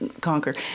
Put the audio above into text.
conquer